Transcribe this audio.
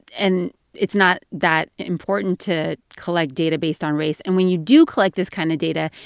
and it's not that important to collect data based on race. and when you do collect this kind of data,